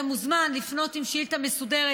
אתה מוזמן לפנות עם שאילתה מסודרת,